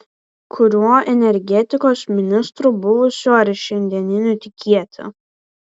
kuriuo energetikos ministru buvusiu ar šiandieniniu tikėti